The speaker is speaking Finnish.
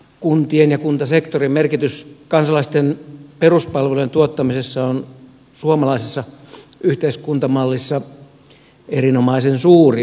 kuntien ja kuntasektorin merkitys kansalaisten peruspalvelujen tuottamisessa on suomalaisessa yhteiskuntamallissa erinomaisen suuri